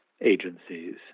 agencies